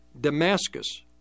Damascus